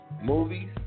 Movies